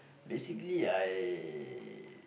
basically I